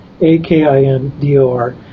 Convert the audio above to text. A-K-I-N-D-O-R